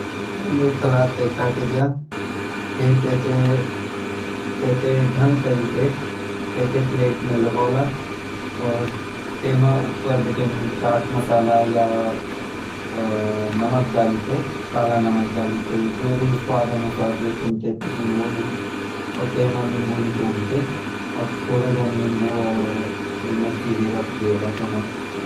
पहले सलाद तै काटी द्य फिर तै थैं ढंग करी तैं तै थैं प्लेट म लगोला और तै म ऊपर बटिन चाट मसाला या नमक डाली तै काला नमक डाली तैं जु भी स्वाद अनुसार जो तुम तै पसंद होलु और तै म नींबू निचोडी तै और थोडा स नीुबू और मिर्च भी रखी द्योला तै म।